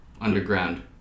underground